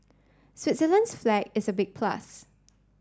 Switzerland's flag is a big plus